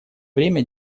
время